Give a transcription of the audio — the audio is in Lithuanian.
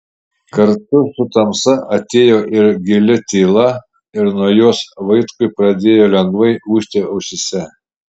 kartu su tamsa atėjo ir gili tyla ir nuo jos vaitkui pradėjo lengvai ūžti ausyse